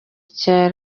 cya